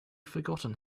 forgotten